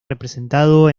representado